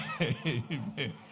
Amen